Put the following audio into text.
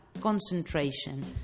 concentration